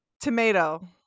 Tomato